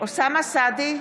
אוסאמה סעדי,